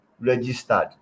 registered